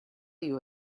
you